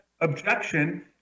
objection